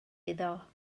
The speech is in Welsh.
iddo